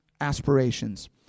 aspirations